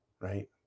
right